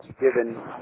given